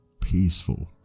peaceful